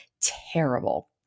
terrible